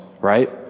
right